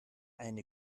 eine